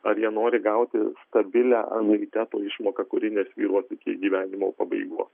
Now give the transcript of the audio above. ar jie nori gauti stabilią anuiteto išmoką kuri nesvyruos iki gyvenimo pabaigos